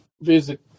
visit